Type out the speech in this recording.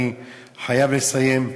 אני חייב לסיים.